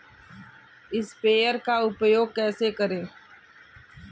Sprayer का उपयोग कैसे करें?